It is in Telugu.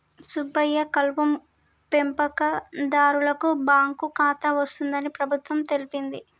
సుబ్బయ్య కలుపు పెంపకందారులకు బాంకు ఖాతా వస్తుందని ప్రభుత్వం తెలిపింది